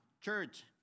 church